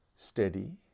Steady